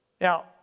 Now